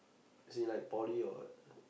as in like poly or what